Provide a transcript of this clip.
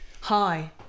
hi